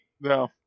No